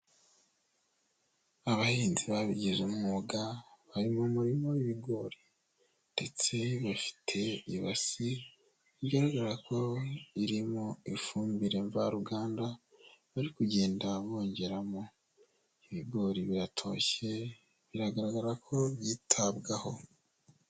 Abahinzi babigize umwuga bari mu murima w'ibigori ndetse bafite ibasi, bigaragara ko irimo ifumbire mvaruganda bari kugenda bongeramo, ibigori biratoshye biragaragara ko byitabwaho.